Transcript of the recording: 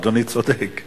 אדוני צודק,